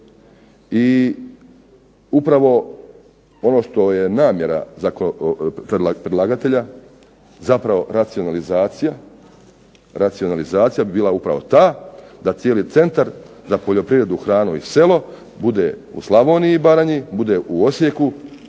i upravo ono što je namjera predlagatelja zapravo racionalizacija, racionalizacija bi bila upravo ta da cijeli Centar za poljoprivredu, hranu i selo bude u Slavoniji i Baranji, bude u Osijeku,